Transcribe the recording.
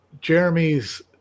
Jeremy's